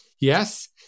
yes